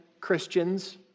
Christians